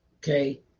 Okay